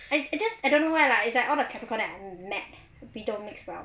I just I don't know why lah is like all the capricorn that I met we don't mix well